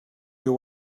you